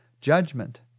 Judgment